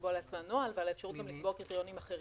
נוהל ועל האפשרות גם לקבוע קריטריונים אחרים,